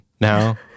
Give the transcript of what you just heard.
now